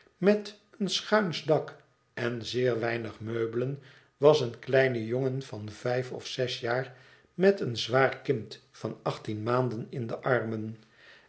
met een schuinsch dak en zeer weinig meubelen was een kleine jongen van vijf of zes jaar met een zwaar kind van achttien maanden in de armen